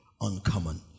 uncommon